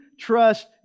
trust